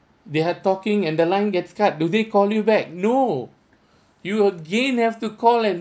they had talking and the line gets cut do they call you back no you again have to call and